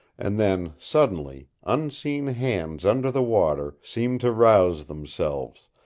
and then, suddenly, unseen hands under the water seemed to rouse themselves,